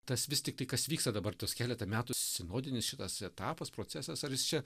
tas vis tiktai kas vyksta dabar tuos keletą metų sinodinis šitas etapas procesas ar jis čia